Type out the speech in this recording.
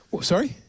Sorry